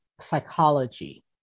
psychology